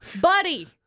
buddy